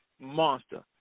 monster